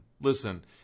Listen